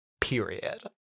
period